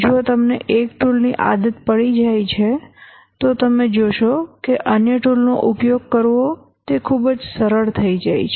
જો તમને એક ટૂલની આદત પડી જાય છે તો તમે જોશો કે અન્ય ટૂલ્સનો ઉપયોગ કરવો તે ખૂબ જ સરળ થઈ જાય છે